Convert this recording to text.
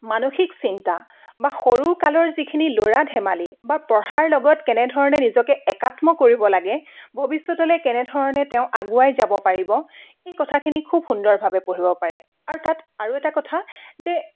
মানসিক চিন্তা বা সৰু কালৰ যিখিনি ল'ৰা ধেমালি বা পঢ়াৰ লগত কেনেধৰণে নিজকে একাত্ম কৰিব লাগে ভৱিষ্যতলৈ তেওঁ কেনেধৰণে আগুৱাই যাব পাৰিব এই কথাখিনি খুব সুন্দৰভাৱে পঢ়িব পাৰে আৰু তাত আৰু এটা কথা যে